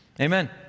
Amen